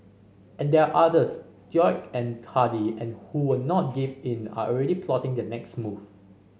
and there are others stoic and hardy and who will not give in are already plotting their next move